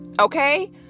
Okay